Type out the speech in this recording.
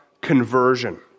conversion